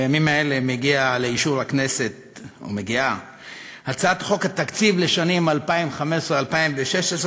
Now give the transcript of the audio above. בימים האלה מגיעה לאישור הכנסת הצעת חוק התקציב לשנים 2015 2016,